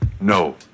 No